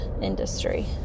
industry